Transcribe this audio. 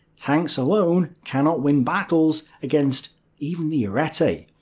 tanks alone cannot win battles against even the ariete.